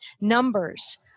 numbers